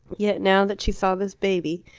yet now that she saw this baby,